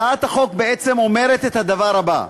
הצעת החוק אומרת את הדבר הבא: